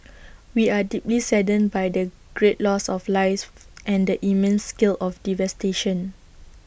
we are deeply saddened by the great loss of lives and the immense scale of the devastation